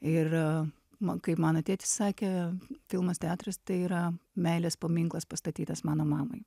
ir a man kaip mano tėtis sakė filmas teatras tai yra meilės paminklas pastatytas mano mamai